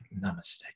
Namaste